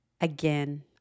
again